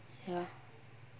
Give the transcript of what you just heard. ya